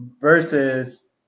versus